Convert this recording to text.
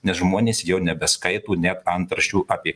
nes žmonės jau nebeskaito net antraščių apie